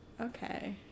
okay